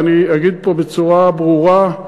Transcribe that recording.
ואני אגיד פה בצורה ברורה,